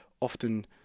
often